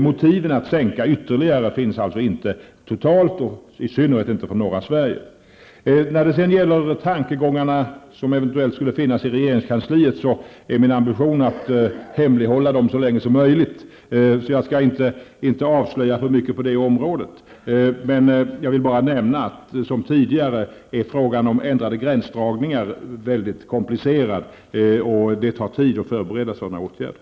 Motiv för en ytterligare sänkning finns därmed inte totalt och i synnerhet inte för norra När det sedan gäller frågan om vissa tankegångar som eventuellt skulle finnas inom regeringskansliet är det min ambition att hemlighålla dem så länge som möjligt, och jag skall därför inte avslöja för mycket på det området. Jag vill bara nämna att frågan om ändring av gränsdragningar liksom tidigare är mycket komplicerad och att det tar tid att förbereda sådana åtgärder.